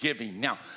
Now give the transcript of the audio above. Now